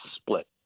split